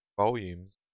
volumes